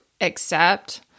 accept